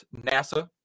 NASA